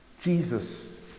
Jesus